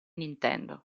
nintendo